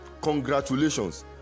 Congratulations